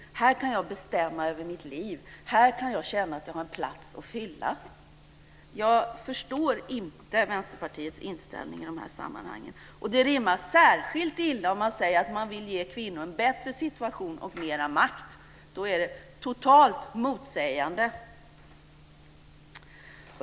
Här kan jag bestämma över mitt liv. Här kan jag känna att jag har en plats att fylla. Jag förstår inte Vänsterpartiets inställning i de här sammanhangen. Det rimmar särskilt illa om man säger att man vill ge kvinnor en bättre situation och mer makt. Då är det är totalt motsägande.